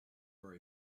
are